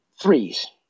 threes